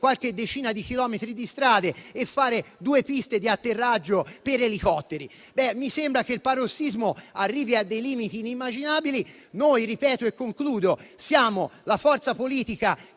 qualche decina di chilometri di strade e realizzare due piste di atterraggio per elicotteri. Mi sembra che il parossismo arrivi a limiti inimmaginabili. Noi siamo la forza politica